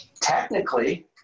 technically